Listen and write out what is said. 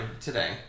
today